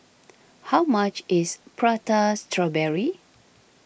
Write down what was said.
how much is Prata Strawberry